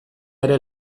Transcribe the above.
ere